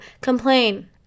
Complain